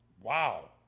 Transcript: Wow